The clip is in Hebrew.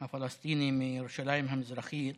הפלסטיני מירושלים המזרחית